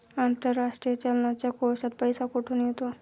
आंतरराष्ट्रीय चलनाच्या कोशात पैसा कुठून येतो?